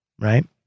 right